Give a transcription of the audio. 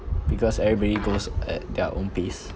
because everybody goes at their own pace